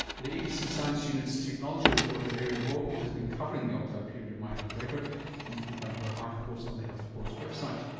the abc science unit's technology reporter ariel bogle has been covering the opt-out period of my health record and you can find her articles on the health report's website.